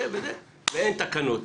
ואין תקנות.